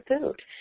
food